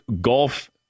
Golf